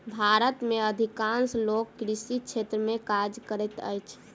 भारत में अधिकांश लोक कृषि क्षेत्र में काज करैत अछि